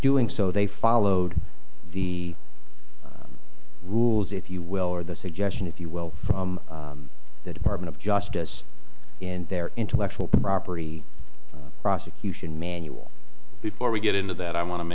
doing so they followed the rules if you will or the suggestion if you will from the department of justice in their intellectual property prosecution manual before we get into that i wan